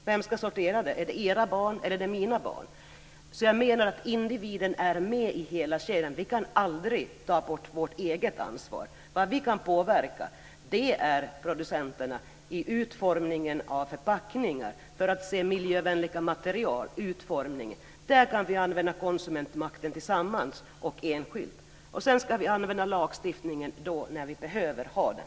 Vem ska sortera - era barn eller mina barn? Jag menar att individen finns med i hela kedjan. Vi kan aldrig ta bort vårt eget ansvar. Vad vi kan påverka är producenterna när det gäller förpackningarnas utformning och att de består av miljövänliga material. Där kan vi använda konsumentmakten både tillsammans och enskilt. Lagstiftningen ska användas när vi behöver den.